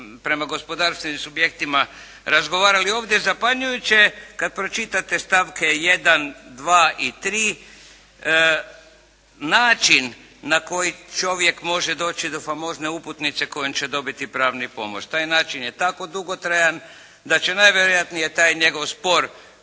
prema gospodarstvenim subjektima razgovarali ovdje, zapanjujuće je kada pročitate stavke 1., 2. i 3. način na koji čovjek može doći do famozne uputnice kojom će dobiti pravnu pomoć. Taj način je tako dugotrajan da će najvjerojatnije taj njegov spor